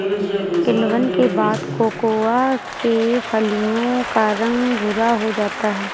किण्वन के बाद कोकोआ के फलियों का रंग भुरा हो जाता है